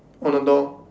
on the door